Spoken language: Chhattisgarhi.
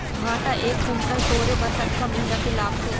भांटा एक कुन्टल टोरे बर कतका मेहनती लागथे?